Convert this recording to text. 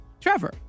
Trevor